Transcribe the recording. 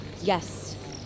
Yes